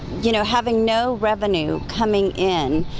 you know having no revenue coming in.